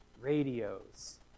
radios